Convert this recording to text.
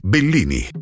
Bellini